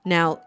Now